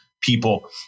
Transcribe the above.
people